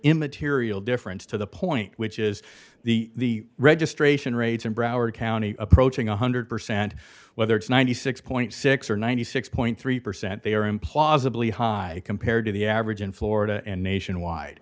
immaterial difference to the point which is the registration rates in broward county approaching one hundred percent whether it's ninety six point six or ninety six point three percent they are implausibly high compared to the average in florida and nationwide